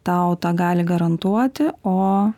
tau tą gali garantuoti o